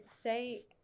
say